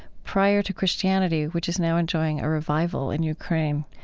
prior to christianity, which is now enjoying a revival in ukraine.